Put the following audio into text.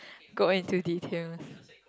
go into details